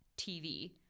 TV